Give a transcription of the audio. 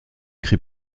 crée